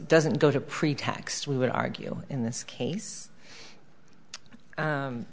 doesn't go to pretax we would argue in this case